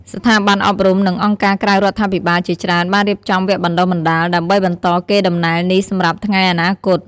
ស្ថាប័នអប់រំ និងអង្គការក្រៅរដ្ឋាភិបាលជាច្រើនបានរៀបចំវគ្គបណ្តុះបណ្តាល ដើម្បីបន្តកេរដំណែលនេះសម្រាប់ថ្ងៃអនាគត។